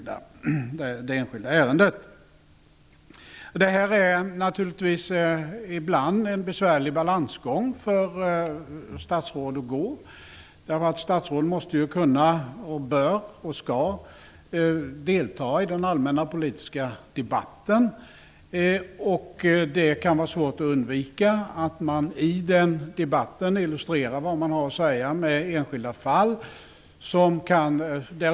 Detta utgör naturligtvis ibland en besvärlig balansgång för statsråd att gå. Statsråd måste kunna, bör och skall delta i den allmänna politiska debatten. Det kan vara svårt att undvika att i den debatten illustrera vad man vill säga med hjälp av enskilda fall.